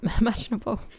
imaginable